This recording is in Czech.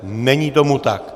Není tomu tak.